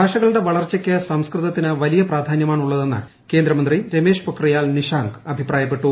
ഭാഷകളുടെ വളർച്ചയ്ക്ക് സംസ്കൃതത്തിന് വലിയ പ്രാധാന്യമാണുള്ളതെന്ന് കേന്ദ്രമന്ത്രി രമേഷ് പൊക്രിയാൽ നിഷാങ്ക് അഭിപ്രായപ്പെട്ടു